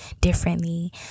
differently